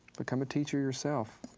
become a teacher yourself.